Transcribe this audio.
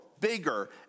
bigger